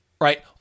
right